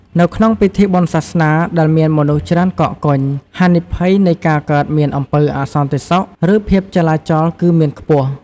នៅក្នុងពិធីបុណ្យសាសនាដែលមានមនុស្សច្រើនកកកុញ ហានិភ័យនៃការកើតមានអំពើអសន្តិសុខ ឬភាពចលាចលគឺមានខ្ពស់។